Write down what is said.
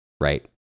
right